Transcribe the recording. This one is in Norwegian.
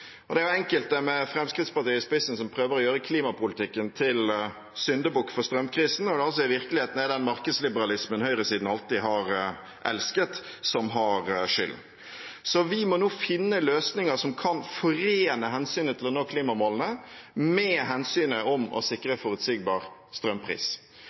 Det er enkelte, med Fremskrittspartiet i spissen, som prøver å gjøre klimapolitikken til syndebukk for strømkrisen, når det i virkeligheten er den markedsliberalismen høyresiden alltid har elsket, som har skylden. Vi må nå finne løsninger som kan forene hensynet til å nå klimamålene med hensynet til å sikre forutsigbar strømpris.